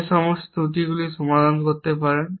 এর সমস্ত ত্রুটিগুলি সমাধান করতে পারেন